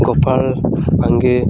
Gopal ଭାଙ୍ଗେ